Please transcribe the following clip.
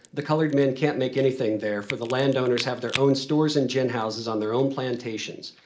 the colored men can't make anything there, for the landowners have their own stores and gin houses on their own plantations,